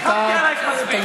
לא, זה לא יפה.